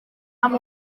amb